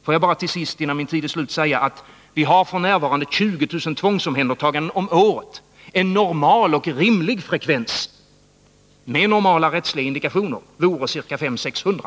Får jag till sist, innan min tid är slut, säga att vi f. n. har 20 000 tvångsomhändertaganden om året. En normal och rimlig frekvens, med normala rättsliga indikationer, vore 500-600.